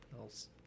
else